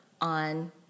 on